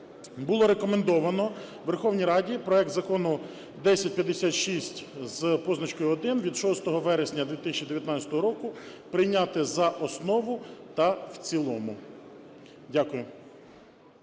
було рекомендовано Верховній Раді проект Закону 1056 з позначкою 1 від 6 вересня 2019 року прийняти за основу та в цілому. Дякую.